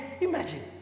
imagine